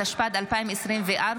התשפ"ד 2024,